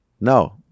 No